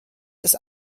ist